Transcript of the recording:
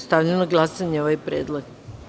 Stavljam na glasanje ovaj predlog.